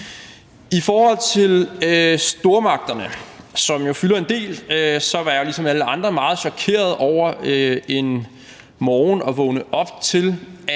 I forhold til stormagterne, som jo fylder en del, var jeg ligesom alle andre meget chokeret over en morgen at vågne op til,